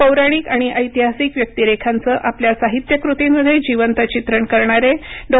पौराणिक आणि ऐतिहासिक व्यक्तिरेखांचं आपल्या साहित्यकृतींमध्ये जिवंत चित्रण करणारे तर डॉ